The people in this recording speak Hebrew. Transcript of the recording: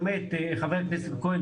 חבר הכנסת כהן,